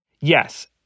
Yes